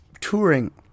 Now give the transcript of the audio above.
touring